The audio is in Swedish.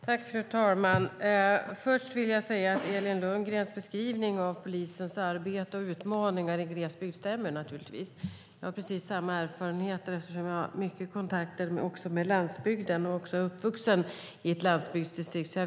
Fru talman! Först vill jag säga att Elin Lundgrens beskrivning av polisens arbete och utmaningar i glesbygd naturligtvis stämmer. Jag har precis samma erfarenheter och vet hur det ser ut eftersom jag har många kontakter också med landsbygden och är uppvuxen i ett landsbygdsdistrikt.